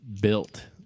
built